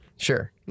Sure